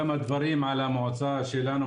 כמה דברים על המועצה שלנו,